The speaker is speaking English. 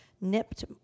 nipped